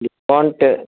discount